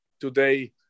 today